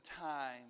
time